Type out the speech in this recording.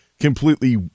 completely